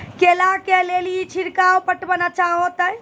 केला के ले ली छिड़काव पटवन अच्छा होते?